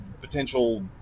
potential